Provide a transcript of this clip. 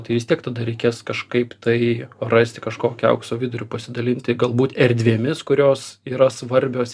tai vis tiek tada reikės kažkaip tai rasti kažkokį aukso vidurį pasidalinti galbūt erdvėmis kurios yra svarbios